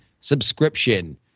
subscription